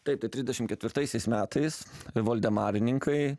taip tai trisdešim ketvirtaisiais metais ir voldemarininkai